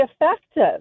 effective